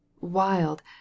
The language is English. wild